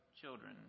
children